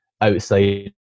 outside